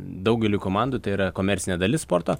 daugeliui komandų tai yra komercinė dalis sporto